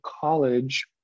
college